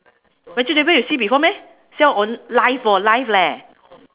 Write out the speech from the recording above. vegetable you see before meh sell on live hor live leh